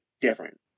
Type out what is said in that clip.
different